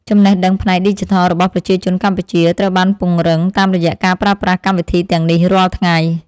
ចំណេះដឹងផ្នែកឌីជីថលរបស់ប្រជាជនកម្ពុជាត្រូវបានពង្រឹងតាមរយៈការប្រើប្រាស់កម្មវិធីទាំងនេះរាល់ថ្ងៃ។